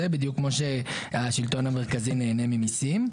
בדיוק כמו שהשלטון המרכזי נהנה ממיסים.